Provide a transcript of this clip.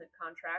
contract